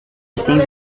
attained